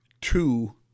Two